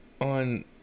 on